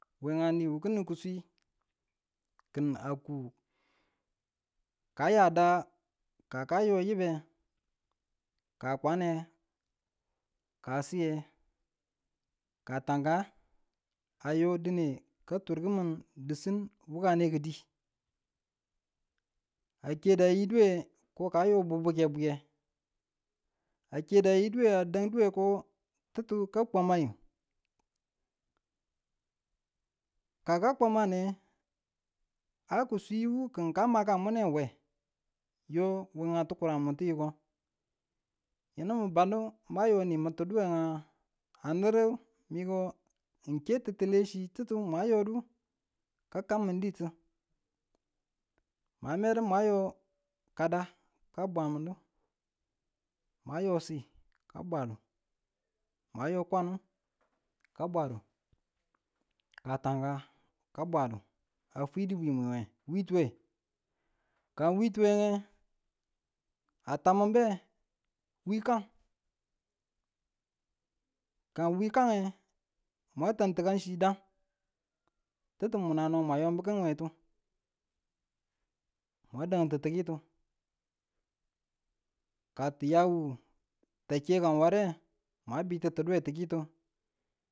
We a niyu kini ki swi ki̱n a kuu, ka yada ka kayo yibbe ka kwanne, ka siye, ka tanka, ayo dine ka tur kimi disin wukane ki̱dii ake da yiduwe ko ka bubbuke bwiye ake da yiduye ada̱duwe ko ti̱tti ka kwa̱mmayi kaka kwa̱mmane a ki sii wu ki̱n ka makanmune we yo we a tikurenmu ti yiko yinun bannu mayi nimu duyenga a neru miko n ke ti̱tile chi titu mwa yodu ka kam mi ditu ma medu ma yo kada ka bwamindu mwa yo sii ka bwadu mwa yo kwanung ka bwadu ka tanka ka bwadu a fwidu bwimwi we wiitiwe kang wiitiwenge a tammin beng wii kang, ka wii kange mun ta̱ng tikanchi da̱ng titu muna no mwa yobu kin wetu mwan da̱ntu ti̱kitu ka tuya wu ta kekang ware mwan biti̱tuduwe ti̱kitu.